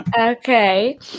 Okay